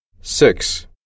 six